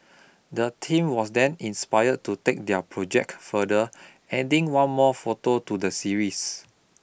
the team was then inspired to take their project further adding one more photo to the series